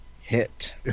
Hit